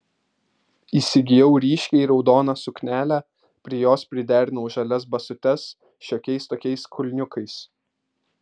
įsigijau ryškiai raudoną suknelę prie jos priderinau žalias basutes šiokiais tokiais kulniukais